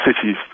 cities –